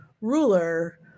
ruler